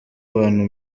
abantu